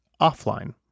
offline